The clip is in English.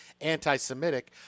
anti-Semitic